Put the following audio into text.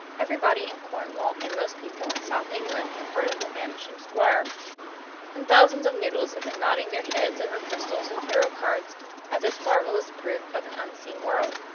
everybody in cornwall and most people in south england have heard of the vanishing squire and thousands of noodles have been nodding their heads over crystals and tarot cards at this marvelous proof of an unseen world.